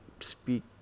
speak